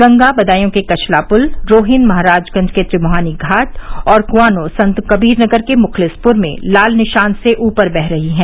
गंगा बदायूं के कछला पुल रोहिन महराजगंज के त्रिमुहानी घाट और क्आनो संत कबीर नगर के मुखलिसपुर में लाल निशान से ऊपर बह रही हैं